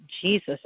Jesus